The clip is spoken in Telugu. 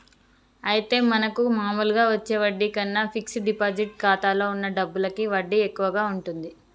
అయితే మనకు మామూలుగా వచ్చే వడ్డీ కన్నా ఫిక్స్ డిపాజిట్ ఖాతాలో ఉన్న డబ్బులకి వడ్డీ ఎక్కువగా ఉంటుంది